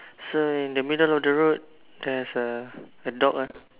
so in the middle of the road there is a dog a dog lah